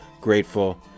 grateful